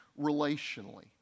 relationally